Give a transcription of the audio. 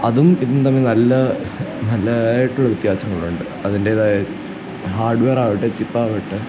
അതും ഇതും തമ്മിൽ നല്ല നല്ലതായിട്ടുള്ള വ്യത്യാസങ്ങളുണ്ട് അതിൻറ്റേതായി ഹാർഡ് വെയറാവട്ടെ ചിപ്പാവട്ടെ